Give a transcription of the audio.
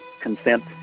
consent